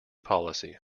policy